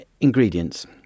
ingredients